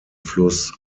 fluss